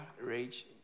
rage